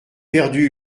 perdu